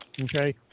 okay